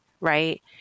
right